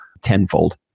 tenfold